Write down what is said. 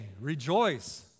rejoice